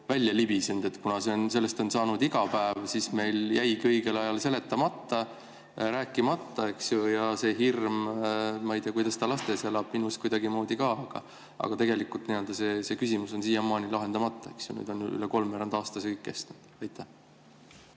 välja libisenud. Kuna sellest on saanud igapäev, siis meil jäigi õigel ajal seletamata, rääkimata. Ja see hirm, ma ei tea, kuidas ta lastes elab, minus kuidagimoodi ka, aga tegelikult see küsimus on siiamaani lahendamata. Nüüd on üle kolmveerand aasta see kõik kestnud. Aitäh,